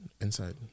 inside